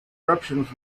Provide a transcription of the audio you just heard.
eruptions